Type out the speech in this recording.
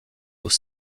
eaux